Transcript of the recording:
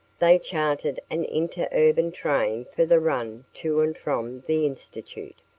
they chartered an interurban train for the run to and from the institute.